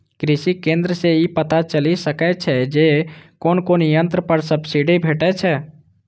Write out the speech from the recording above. कृषि केंद्र सं ई पता चलि सकै छै जे कोन कोन यंत्र पर सब्सिडी भेटै छै